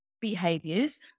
behaviors